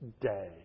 day